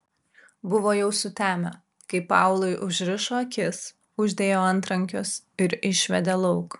buvo jau sutemę kai paului užrišo akis uždėjo antrankius ir išvedė lauk